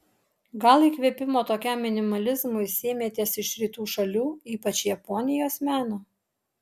gal įkvėpimo tokiam minimalizmui sėmėtės iš rytų šalių ypač japonijos meno